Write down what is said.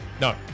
No